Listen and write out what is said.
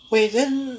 wait then